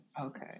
okay